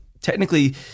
technically